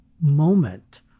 moment